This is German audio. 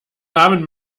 namen